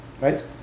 right